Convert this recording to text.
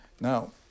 Now